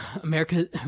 America